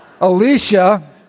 Alicia